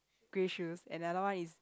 grey shoes and the other one is